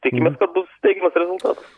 tikimės kad bus teigiamas rezultatas